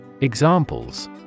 Examples